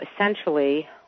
essentially